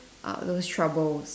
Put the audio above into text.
uh those troubles